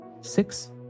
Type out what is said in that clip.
Six